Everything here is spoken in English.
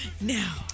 Now